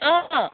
অঁ